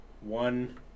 one